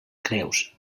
creus